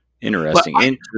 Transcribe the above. Interesting